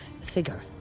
figure